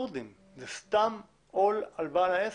זה סתם עול על בעל העסק.